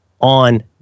on